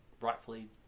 rightfully